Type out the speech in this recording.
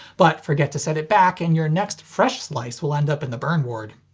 but forget to set it back and your next fresh slice will end up in the burn ward.